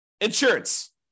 insurance